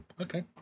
okay